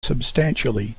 substantially